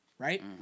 Right